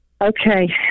Okay